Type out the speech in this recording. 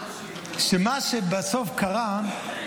גם "מתחייב אני" --- זה יכול לקרות גם ב-24:00,